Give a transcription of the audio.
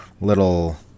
little